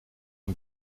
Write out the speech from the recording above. een